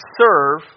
serve